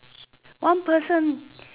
one person